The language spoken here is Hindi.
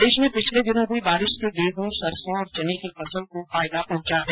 प्रदेश में पिछले दिनों हुई बारिश से गेहूं सरसों और चने की फसल को फायदा पहुंचा है